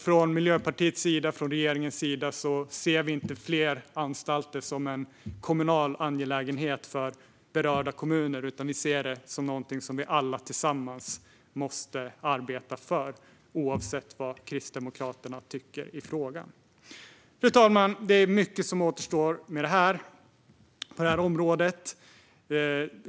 Från Miljöpartiets och regeringens sida ser vi inte fler anstalter som en kommunal angelägenhet för berörda kommuner, utan vi ser dem som något vi alla tillsammans måste arbeta för - oavsett vad Kristdemokraterna tycker i frågan. Fru talman! Det är mycket som återstår på området.